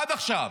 עד עכשיו.